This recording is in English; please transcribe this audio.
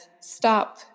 stop